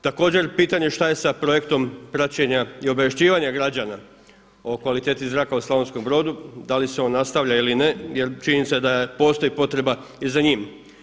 Također pitanje šta je sa projektom praćenja i obavješćivanja građana o kvaliteti zraka u Slavonskom Brodu, da li se on nastavlja ili ne jer čini mi se da postoji potreba i za njim.